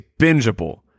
bingeable